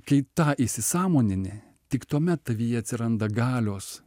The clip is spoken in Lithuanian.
kai tą įsisąmonini tik tuomet tavyje atsiranda galios